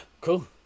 cool